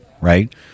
Right